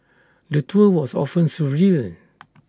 the tour was often surreal